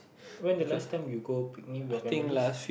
when the last time you go picnic with your families